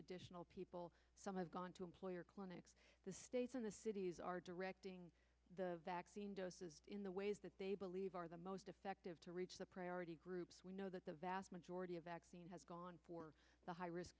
additional people some have gone to employer clinics the states in the cities are directing the vaccine doses in the ways that they believe are the most effective to reach the priority groups we know that the vast majority of vaccine has gone for the high risk